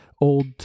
old